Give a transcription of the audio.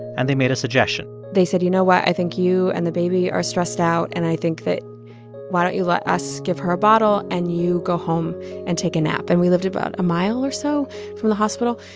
and they made a suggestion they said, you know what? i think you and the baby are stressed out. and i think that why don't you let us give her a bottle, and you go home and take a nap? and we lived about a mile or so from the hospital.